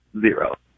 zero